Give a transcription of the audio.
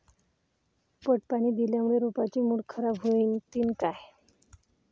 पट पाणी दिल्यामूळे रोपाची मुळ खराब होतीन काय?